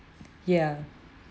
ya